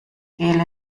gel